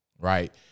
Right